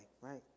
right